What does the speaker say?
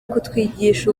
kutwigisha